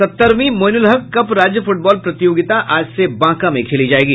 सत्तरवीं मोईनुलहक कप राज्य फुटबॉल प्रतियोगिता आज से बांका में खेली जायेगी